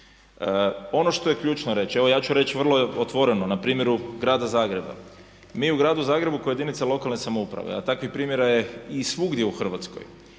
Ono što je ključno reći, evo ja ću reći vrlo je otvoreno na primjeru grada Zagreba. Mi u gradu Zagrebu koja je jedinica lokalne samouprave, a takvih primjera je svugdje u Hrvatskoj